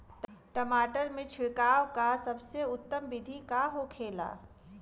टमाटर में छिड़काव का सबसे उत्तम बिदी का होखेला?